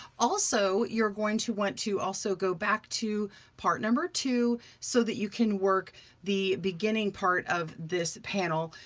also, you're going to want to also go back to part number two so that you can work the beginning part of this panel.